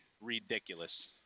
ridiculous